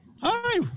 Hi